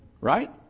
Right